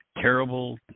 terrible